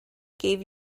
gave